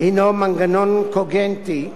הינו מנגנון קוגנטי,